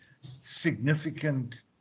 significant